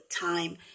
time